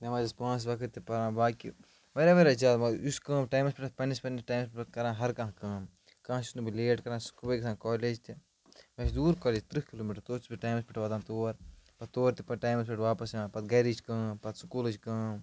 نیمٚازٮ۪س پانٛژھ وقت تہَِ پران باقٕے واریاہ واریاہ زیادٕ یُس کٲم ٹایمَس پٮ۪ٹھ پَنٕنِس پَنٕنِس ٹایمَس پٮ۪ٹھ کَران ہر کانٛہہ کٲم کانٛہہ چھُس نہٕ بہٕ لیٹ کَران صُبحٲے گژھان کالج تہِ مےٚ چھُ دوٗر کالج تٕرہ کِلوٗ میٖٹَر توتہِ چھُس بہٕ ٹایمَس پٮ۪ٹھ واتان تور پَتہٕ تور تہِ پَتہٕ ٹایمَس پٮ۪ٹھ واپَس یِوان پَتہٕ گَرِچ کٲم پَتہٕ سکوٗلٕچ کٲم